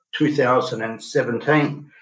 2017